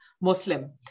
Muslim